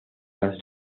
las